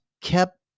kept